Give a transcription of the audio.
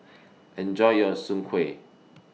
Enjoy your Soon Kway